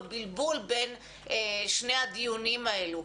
בלבול בין שני הדיונים האלו,